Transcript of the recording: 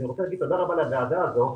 תודה רבה לוועדה הזו,